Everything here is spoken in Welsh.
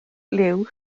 liw